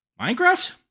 Minecraft